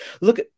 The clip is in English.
look